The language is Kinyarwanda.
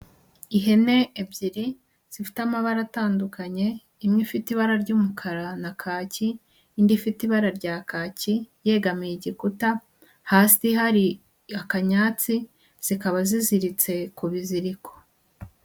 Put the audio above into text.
Ihene ebyiri zifite amabara atandukanye, imwe ifite ibara ry'umukara na kaki, indi ifite ibara rya kaki yegamiye igikuta, hasi hari akanyatsi. Zikaba ziziritse ku biziriko.